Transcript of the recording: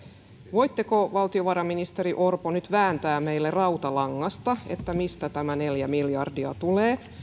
voitteko valtiovarainministeri orpo nyt vääntää meille rautalangasta mistä tämä neljä miljardia tulee